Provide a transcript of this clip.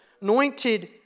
anointed